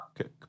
Okay